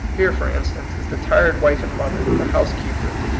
here, for instance, is the tired wife and mother, the housekeeper,